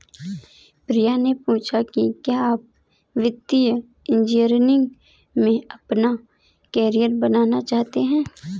प्रियंका ने पूछा कि क्या आप वित्तीय इंजीनियरिंग में अपना कैरियर बनाना चाहते हैं?